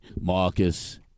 Marcus